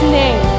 name